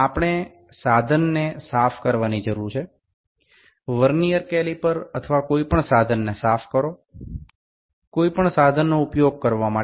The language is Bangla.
আমাদের সরঞ্জামগুলি পরিষ্কার করতে হবে ভার্নিয়ার ক্যালিপার বা যেকোনও সরঞ্জাম পরিষ্কার করতে হবে